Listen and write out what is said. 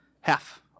half